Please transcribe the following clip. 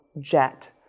jet